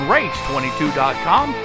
Race22.com